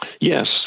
Yes